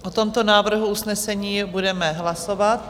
O tomto návrhu usnesení budeme hlasovat.